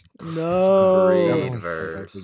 No